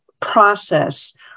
process